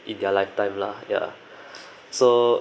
in their lifetime lah ya so